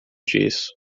disso